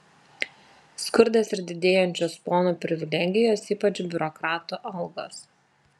skurdas ir didėjančios ponų privilegijos ypač biurokratų algos